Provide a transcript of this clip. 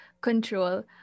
control